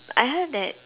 I heard that